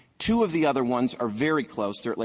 two of the other ones are very close. they are at, like,